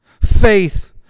faith